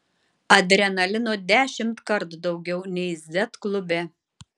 adrenalino dešimtkart daugiau nei z klube